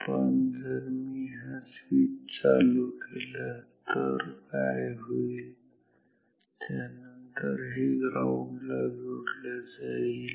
पण जर मी हा स्वीच चालू केला तर काय होईल त्यानंतर हे ग्राउंड ला जोडल्या जाईल